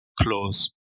close